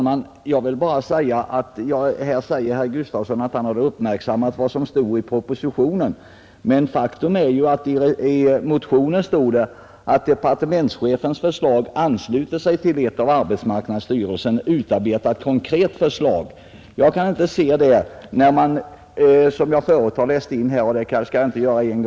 Herr talman! Herr Gustavsson i Alvesta säger att han har uppmärksammat vad som står i propositionen. Men faktum är att i motionen hette det att departementschefens förslag ansluter sig till ett av arbetsmarknadsstyrelsen utarbetat konkret förslag. Jag skall inte än en gång läsa in i kammarens protokoll vad jag förut har sagt.